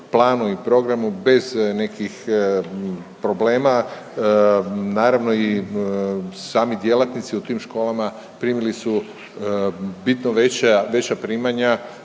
planu i programu bez nekih problema. Naravno i sami djelatnici u tim školama primili su bitno veća, veća primanja